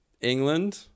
England